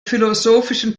philosophischen